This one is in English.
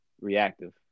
reactive